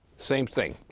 same thing.